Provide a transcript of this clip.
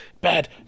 Bad